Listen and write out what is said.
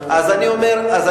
אז אני אומר,